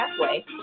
halfway